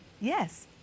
Yes